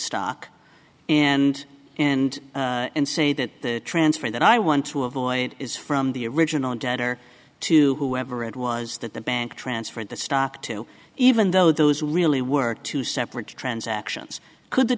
stock and and and say that the transfer that i want to avoid is from the original debtor to whoever it was that the bank transferred the stock to even though those really were two separate transactions could the